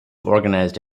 organised